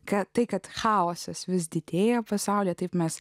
kad tai kad chaosas vis didėja pasaulyje taip mes